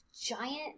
giant